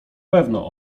pewno